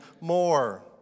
more